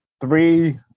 Three